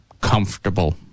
comfortable